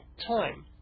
time